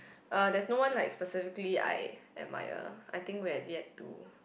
uh there's no one like specifically I admire I think we have yet to